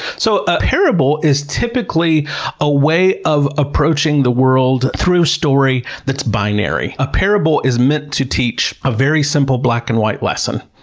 so, a parable is typically a way of approaching the world through story that's binary. a parable is meant to teach a very simple black and white lesson.